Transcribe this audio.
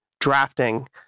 drafting